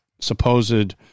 supposed